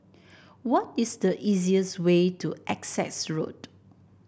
what is the easiest way to Essex Road